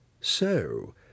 So